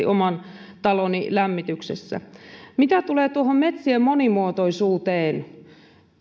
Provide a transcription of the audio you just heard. oman taloni lämmityksessä mitä tulee tuohon metsien monimuotoisuuteen